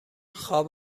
خواب